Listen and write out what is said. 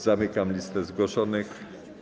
Zamykam listę zgłoszonych.